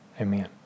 Amen